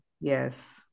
yes